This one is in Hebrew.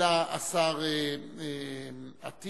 אלא השר אטיאס.